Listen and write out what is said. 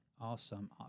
Awesome